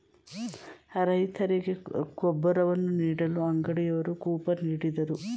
ರೈತರಿಗೆ ಗೊಬ್ಬರವನ್ನು ನೀಡಲು ಅಂಗಡಿಯವರು ಕೂಪನ್ ನೀಡಿದರು